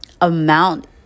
amount